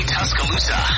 Tuscaloosa